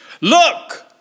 Look